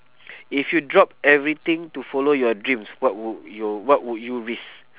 if you drop everything to follow your dreams what would you what would you risk